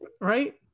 Right